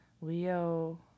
Leo